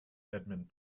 edmund